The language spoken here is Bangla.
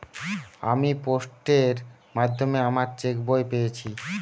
আমি পোস্টের মাধ্যমে আমার চেক বই পেয়েছি